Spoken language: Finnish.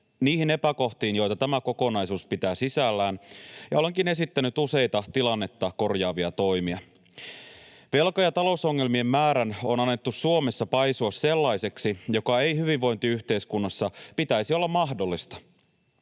niihin epäkohtiin, joita tämä kokonaisuus pitää sisällään, ja olenkin esittänyt useita tilannetta korjaavia toimia. Velka- ja talousongelmien määrän on annettu Suomessa paisua sellaiseksi, ettei sen hyvinvointiyhteiskunnassa pitäisi olla mahdollista.